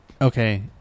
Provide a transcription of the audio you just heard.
okay